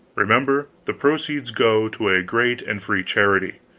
remember, the proceeds go to a great and free charity,